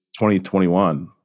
2021